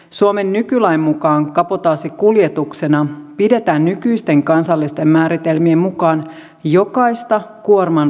suomen nykylain mukaan kabotaasikuljetuksena pidetään nykyisten kansallisten määritelmien mukaan jokaista kuormanpurkua